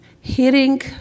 hearing